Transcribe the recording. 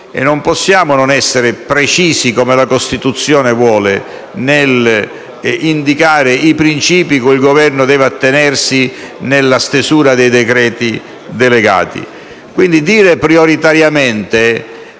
e non possiamo non essere precisi, come la Costituzione vuole, nell'indicare i principi cui il Governo deve attenersi nella stesura dei decreti delegati. Quindi, dire «prioritariamente»